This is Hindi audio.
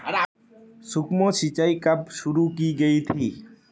सूक्ष्म सिंचाई कब शुरू की गई थी?